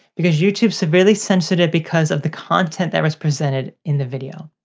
because youtube severely censored it because of the content that was presented in the video.